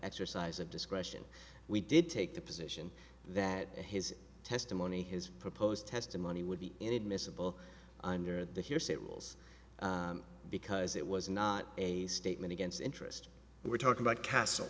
exercise of discretion we did take the position that his testimony his proposed testimony would be inadmissible under the hearsay rules because it was not a statement against interest we're talking about castle